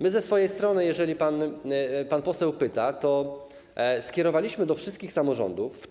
My ze swojej strony, jeżeli pan poseł pyta, wczoraj skierowaliśmy do wszystkich samorządów